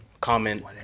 Comment